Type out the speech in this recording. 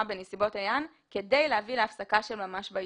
בנסיבות העניין כדי להביא להפסקה של ממש בעיסוק".